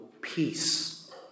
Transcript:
peace